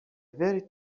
very